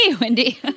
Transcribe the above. Wendy